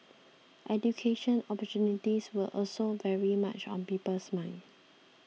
education opportunities will also very much on people's minds